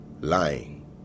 lying